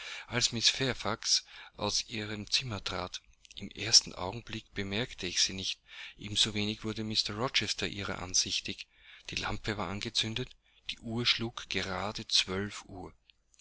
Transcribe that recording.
als mrs fairfax aus ihrem zimmer trat im ersten augenblick bemerkte ich sie nicht ebensowenig wurde mr rochester ihrer ansichtig die lampe war angezündet die uhr schlug gerade zwölf uhr